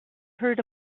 heard